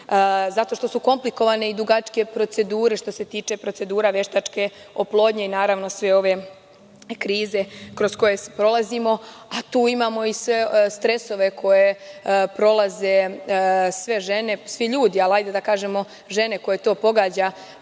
zato što su komplikovane i dugačke procedure, što se tiče procedure veštačke oplodnje i naravno sve ove krize kroz koje prolazimo, a tu imamo i stresove koje prolaze sve žene i ljudi, žene koje to pogađa,